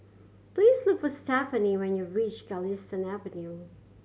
please look for Stefanie when you reach Galistan Avenue